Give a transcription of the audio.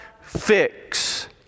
fix